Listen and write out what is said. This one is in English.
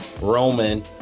Roman